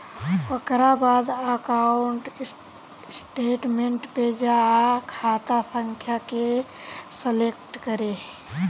ओकरा बाद account statement पे जा आ खाता संख्या के सलेक्ट करे